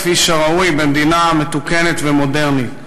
כפי שראוי במדינה מתוקנת ומודרנית.